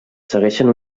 segueixen